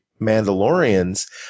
Mandalorians